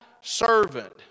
servant